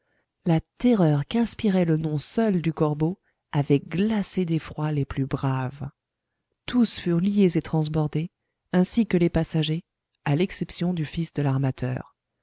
la terreur qu'inspirait le nom seul du corbeau avait glacé d'effroi les plus braves tous furent liés et transbordés ainsi que les passagers à l'exception du fils de l'armateur